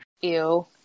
Ew